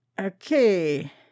Okay